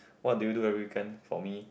what do you do every weekend for me